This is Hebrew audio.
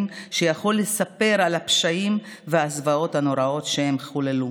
שיוכל לספר על הפשעים והזוועות הנוראות שהם חוללו.